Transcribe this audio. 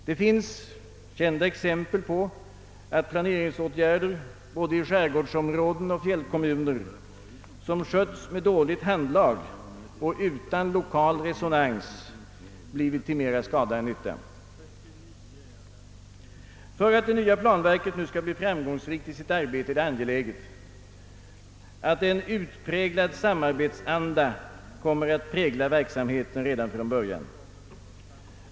Det finns exempel på att planeringsåtgärder både i skärgårdsområden och fjällkommuner, som skötts med dåligt handlag och utan lokal resonans, blivit till mera skada än nytta. För att det nya planverket skall bli framgångsrikt i sitt arbete är det angeläget att en utpräglad samarbetsanda kommer att utmärka verksamheten redan från början.